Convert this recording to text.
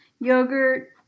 yogurt